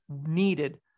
needed